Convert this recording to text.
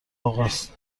آقاست